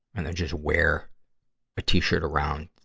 and i just wear a t-shirt around